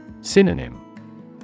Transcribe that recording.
Synonym